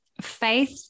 faith